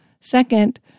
Second